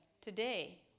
today